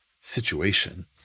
situation